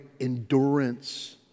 endurance